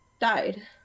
died